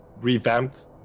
revamped